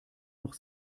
noch